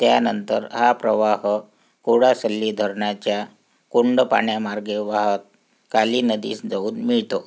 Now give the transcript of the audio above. त्यानंतर हा प्रवाह कोडासल्ली धरणाच्या कोंडपाण्यामार्गे वाहत काली नदीस जाऊन मिळतो